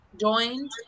joined